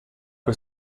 per